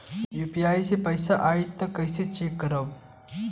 UPI से पैसा आई त कइसे चेक खरब?